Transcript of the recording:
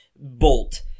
Bolt